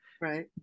Right